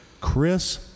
Chris